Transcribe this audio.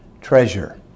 treasure